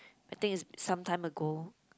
I think it's some time ago